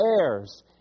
heirs